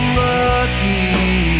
lucky